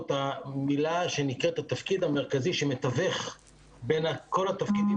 את המילה שנקראת: התפקיד המרכזי שמתווך בין כל התפקידים